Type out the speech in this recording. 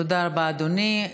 תודה רבה, אדוני.